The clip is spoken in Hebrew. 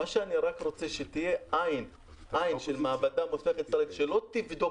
מה שאני רוצה זה שתהיה עין של מעבדה שלא תבדוק